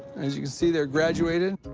as you can see, they're graduated.